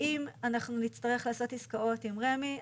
אם אנחנו נצטרך לעשות עסקאות עם רמ"י,